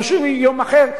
אין לנו שום יום אחר,